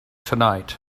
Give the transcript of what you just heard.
tonight